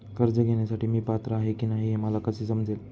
कर्ज घेण्यासाठी मी पात्र आहे की नाही हे मला कसे समजेल?